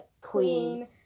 queen